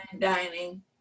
dining